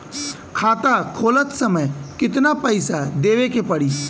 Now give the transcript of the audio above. खाता खोलत समय कितना पैसा देवे के पड़ी?